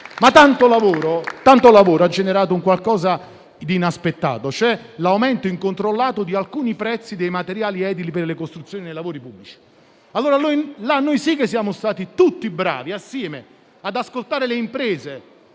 Tanto lavoro però ha generato qualcosa di inaspettato, cioè l'aumento incontrollato di alcuni prezzi dei materiali edili per le costruzioni nei lavori pubblici. Ecco che allora siamo stati bravi, tutti insieme, ad ascoltare le imprese,